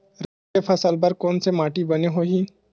रबी के फसल बर कोन से माटी बने होही?